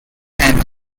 and